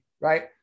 right